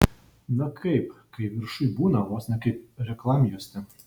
na kaip kai viršuj būna vos ne kaip reklamjuostė